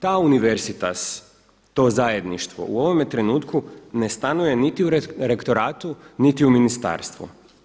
Ta universitas, to zajedništvo u ovome trenutku ne stanuje niti u rektoratu, niti u ministarstvu.